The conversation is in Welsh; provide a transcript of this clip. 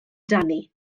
dani